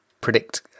predict